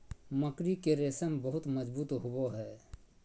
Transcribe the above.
मकड़ी के रेशम बहुत मजबूत होवो हय